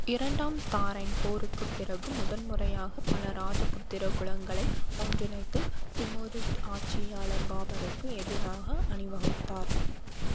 இரண்டாம் தாரைன் போருக்குப் பிறகு முதன்முறையாக பல ராஜபுத்திர குலங்களை ஒன்றிணைத்து திமோரிட் ஆட்சியாளர் பாபருக்கு எதிராக அணிவகுத்தார்